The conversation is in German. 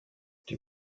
die